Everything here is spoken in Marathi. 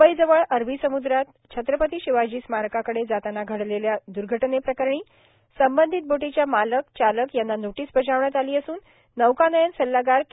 म्बईजवळ अरबी सम्द्रात छत्रपती शिवाजी स्मारकाकडे जाताना घडलेल्या द्र्घटनेप्रकरणी संबंधित बोटीच्या मालक चालक याना नोटिस बजावण्यात आली असून नौकानयन सल्लागार के